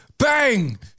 Bang